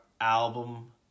album